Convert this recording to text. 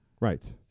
Right